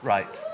Right